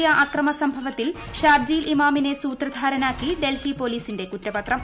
ജാമിയ മിലിയ അക്രമസംഭവത്തിൽ ഷർജീൽ ഇമാമിനെ സൂത്രധാരനാക്കി ഡൽഹി പൊലീസിന്റെ കുറ്റപത്രം